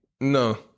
No